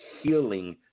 healing